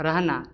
रहना